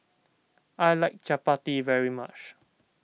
I like Chapati very much